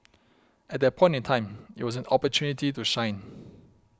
at that point in time it was an opportunity to shine